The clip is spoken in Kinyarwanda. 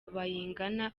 bayingana